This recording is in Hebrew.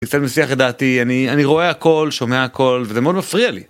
מסיח את דעתי, אני רואה הכל, שומע הכל, וזה מאוד מפריע לי.